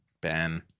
Ben